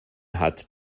hat